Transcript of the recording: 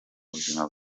buzima